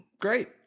Great